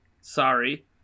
sorry